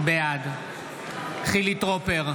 בעד חילי טרופר,